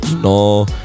No